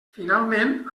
finalment